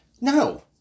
No